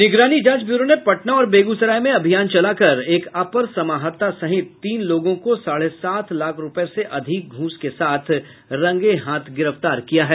निगरानी जांच ब्यूरो ने पटना और बेगूसराय में अभियान चला कर एक अपर समाहर्ता सहित तीन लोगों को साढ़े सात लाख रूपये से अधिक घूस के साथ रंगेहाथ गिरफ्तार किया है